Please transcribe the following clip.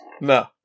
No